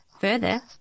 Further